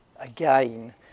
again